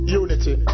unity